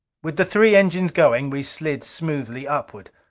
with the three engines going, we slid smoothly upward.